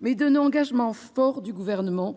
mais d'un engagement fort du Gouvernement,